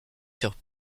furent